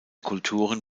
kulturen